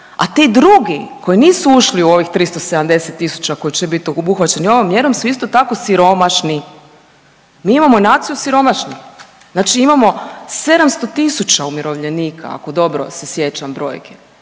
a ti drugi koji nisu ušli u ovih 370 tisuća koji će biti obuhvaćeni ovom mjerom su isto tako siromašni. Mi imamo naciju siromašnih. Znači imamo 700 tisuća umirovljenika, ako dobro se sjećam brojki